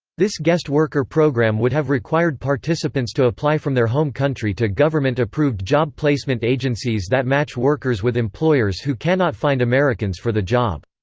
this guest worker program would have required participants to apply from their home country to government-approved job placement agencies that match workers with employers who cannot find americans for the job.